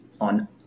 on